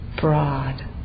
broad